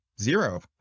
zero